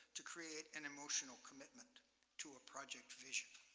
to create an emotional commitment to a project vision.